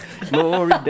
Glory